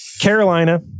Carolina